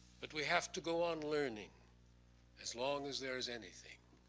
but we have to go on learning as long as there's anything.